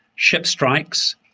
ship strikes,